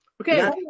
Okay